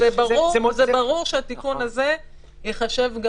ואם זה רואה חשבון,